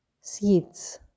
seeds